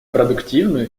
продуктивную